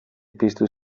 piztu